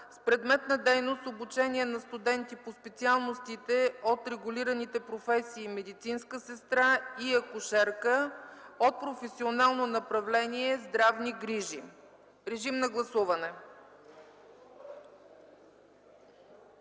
с предмет на дейност обучение на студенти по специалностите от регулираните професии „Медицинска сестра” и „Акушерка” от професионално направление „Здравни грижи”.” Режим на гласуване!